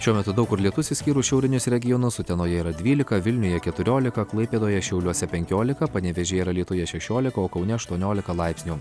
šiuo metu daug kur lietus išskyrus šiaurinius regionus utenoje yra dvylika vilniuje keturiolika klaipėdoje šiauliuose penkiolika panevėžyje ir alytuje šešiolika o kaune aštuoniolika laipsnių